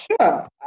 sure